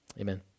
Amen